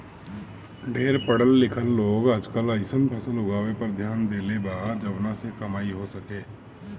ढेर पढ़ल लिखल लोग आजकल अइसन फसल उगावे पर ध्यान देले बा जवना से कमाई हो सके